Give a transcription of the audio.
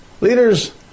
leaders